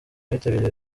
witabiriwe